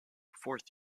fourth